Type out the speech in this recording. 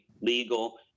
legal